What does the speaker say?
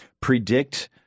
predict